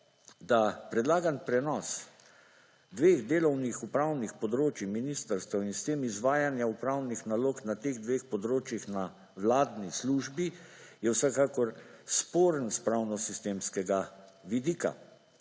da predlagan prenos dveh delovnih upravnih področij ministrstev in s tem izvajanja upravnih nalog na teh dveh področjih na vladni službi je vsekakor sporen s pravno sistemskega vidika.